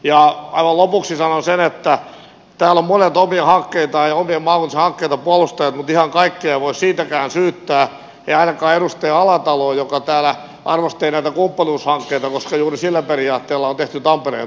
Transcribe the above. aivan lopuksi sanon sen että täällä ovat monet omia hankkeitaan ja oman maakuntansa hankkeita puolustaneet mutta ihan kaikkia ei voi siitäkään syyttää ei ainakaan edustaja alataloa joka täällä arvosteli näitä kumppanuushankkeita koska juuri sillä periaatteella on tehty tampereen tunneli